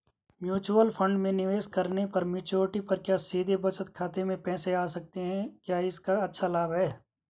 Mutual fund में निवेश करने पर मैच्योरिटी पर क्या सीधे बचत खाते में पैसे आ सकते हैं क्या इसका अच्छा लाभ है?